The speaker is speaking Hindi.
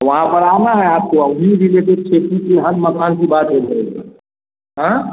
वहाँ पर आना है आपको आ वहीं रिलेटेड खेती की हर मखान की बात हो जाएगी हाँ